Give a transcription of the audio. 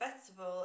festival